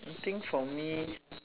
I think for me